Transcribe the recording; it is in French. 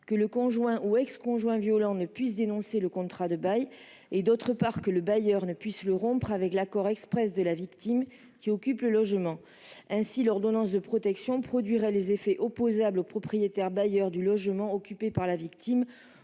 que le conjoint ou ex-conjoint violent ne puisse dénoncer le contrat de bail, et, d'autre part, que le bailleur ne puisse le rompre qu'avec l'accord exprès de la victime qui occupe le logement. Ainsi, l'ordonnance de protection produirait des effets opposables au propriétaire bailleur du logement occupé par la victime.